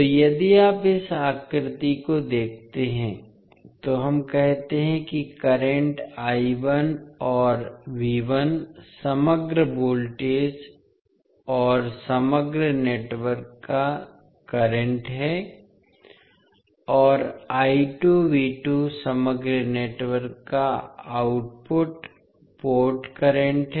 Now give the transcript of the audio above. तो यदि आप इस आकृति को देखते हैं तो हम कहते हैं कि करंट और समग्र वोल्टेज और समग्र नेटवर्क का करंट है और समग्र नेटवर्क का आउटपुट पोर्ट करंट है